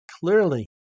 clearly